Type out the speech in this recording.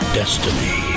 destiny